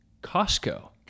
Costco